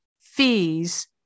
fees